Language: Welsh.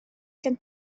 gen